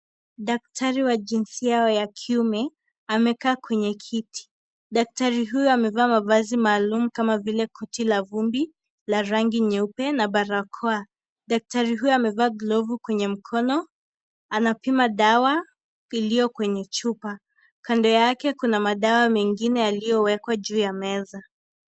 Daktari wa jinsia ya kiume amekaa kwenye kiti, daktari huyu amevaa mavazi maalum kama vile koti la vumbi la rangi nyeupe na barakoa, daktari huyu amevaa glovu kwenye mkono, anapima dawa iliyo kwenye chupa. Kando yake kuna madawa mengine yaliyowekwa juu ya meza.